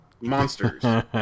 monsters